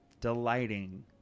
delighting